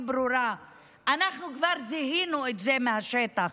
ברורה אנחנו כבר זיהינו את זה מהשטח,